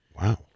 Wow